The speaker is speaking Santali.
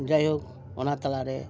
ᱡᱟᱭᱦᱳᱠ ᱚᱱᱟ ᱛᱟᱞᱟᱨᱮ